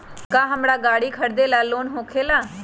का हमरा गारी खरीदेला लोन होकेला?